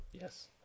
yes